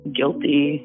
guilty